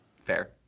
fair